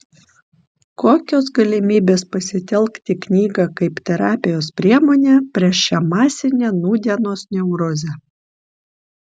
kokios galimybės pasitelkti knygą kaip terapijos priemonę prieš šią masinę nūdienos neurozę